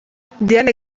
diane